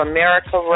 America